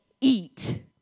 eat